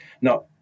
Now